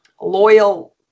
loyal